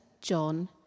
John